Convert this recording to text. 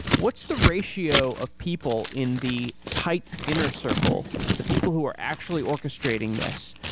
what's the ratio of people in the tight inner circle, the people who are actually orchestrating this?